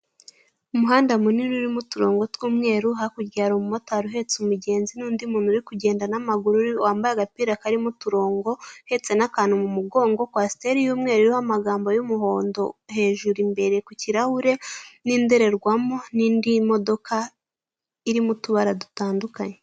Umuhanda mu Nini urimo uturongo tw'umweru, hakurya hari umu motari uhetse umugenzi, nundi muntu wambaye agapira ku umweru urimo uturongo, uhetse n'akantu mu mugogo. Kwasiteri y'umwreru iriho amagambo y'umuhondo hejuru ku kirahure n'indorerwamu. Hari nindi modoka arimo utubara du tandukanye.